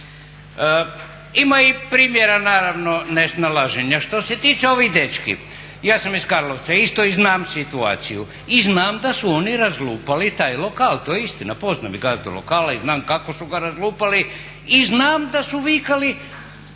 Ima i primjera naravno nesnalaženja. Što se tiče ovih dečki, ja sam iz Karlovca isto i znam situaciju i znam da su oni razlupali taj lokal. To je istina, poznam i gazdu lokala i znam kako su ga razlupali i znam da su vikali